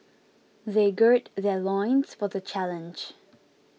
they gird their loins for the challenge